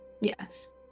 Yes